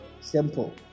Simple